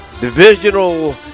Divisional